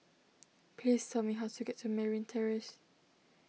please tell me how to get to Merryn Terrace